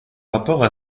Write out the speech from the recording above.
rapport